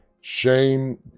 Shane